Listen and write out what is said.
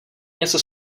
něco